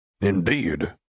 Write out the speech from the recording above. Indeed